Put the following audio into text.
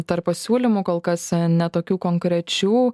tarp pasiūlymų kol kas ne tokių konkrečių